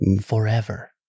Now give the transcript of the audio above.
forever